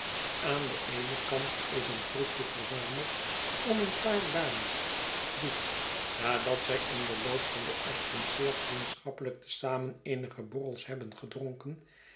aan den eenen kant is een troepje verzameld om een paar dames die nadat zij in den loop van den ochtend zeer vriendschappelijk te zamen eenige borrels hebben gedronken